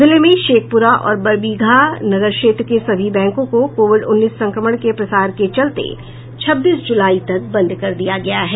जिले में शेखूपरा और बरबीघा नगर क्षेत्र के सभी बैंकों को कोविड उन्नीस संक्रमण के प्रसार के चलते छब्बीस जुलाई तक बंद कर दिया गया है